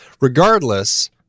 regardless